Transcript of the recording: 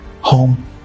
home